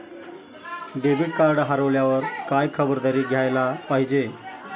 Debit card हरवल्यावर काय खबरदारी घ्यायला पाहिजे?